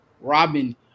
robin